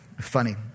Funny